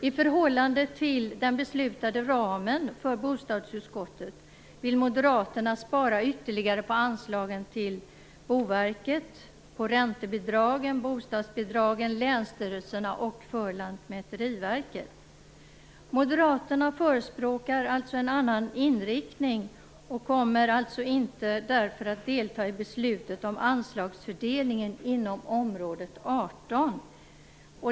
I förhållande till den beslutade ramen för bostadsutskottet vill moderaterna spara ytterligare på anslagen till Boverket, räntebidragen, bostadsbidragen, länsstyrelserna och till Lantmäteriverket. Moderaterna förespråkar alltså en annan inriktning och kommer därför inte att delta i beslutet om anslagsfördelningen inom område 18.